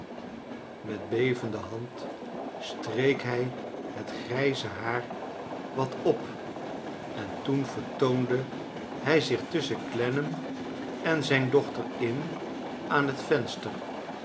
met bevende hand streek hij het grijze haar wat op en toen vertoonde hij zich tusschen clennam en zijn dochter in aan het venster